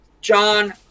John